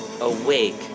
awake